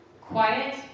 quiet